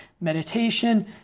meditation